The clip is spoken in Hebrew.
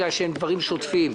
דברים שוטפים.